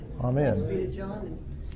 Amen